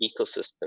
ecosystem